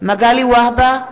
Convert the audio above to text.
מגלי והבה,